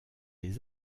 les